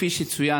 כפי שצוין,